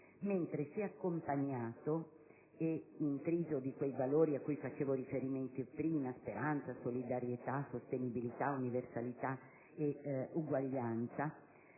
mentre se è accompagnato e intriso di quei valori a cui facevo riferimento prima (speranza, solidarietà, sostenibilità, universalità e uguaglianza)